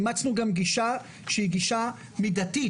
אימצנו גם גישה שהיא גישה מידתית,